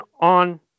on